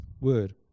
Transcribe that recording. word